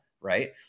right